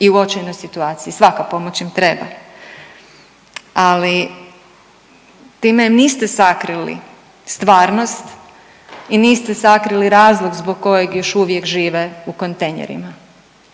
i u očajnoj situaciji, svaka pomoć im treba, ali time niste sakrili stvarnost i niste sakrili razlog zbog kojeg još uvijek žive u kontejnerima.